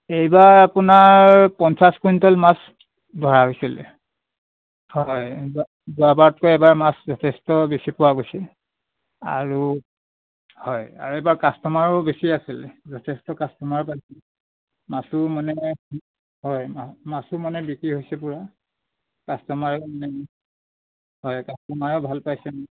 এইবাৰ আপোনাৰ পঞ্চাছ কুইণ্টেল মাছ বঢ়া হৈছিলে হয় যোৱা যোৱাবাৰতকৈ এইবাৰ মাছ যথেষ্ট বেছি পোৱা গৈছে আৰু হয় আৰু এইবাৰ কাষ্টমাৰো বেছি আছিলে যথেষ্ট কাষ্টমাৰ পাইছোঁ মাছো মানে হয় মাছো মানে বিক্ৰী হৈছে পূৰা কাষ্টমাৰে হয় কাষ্টমাৰে ভাল পাইছে